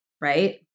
right